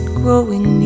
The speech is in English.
growing